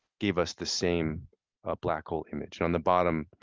gave us the same black hole image. on the bottom,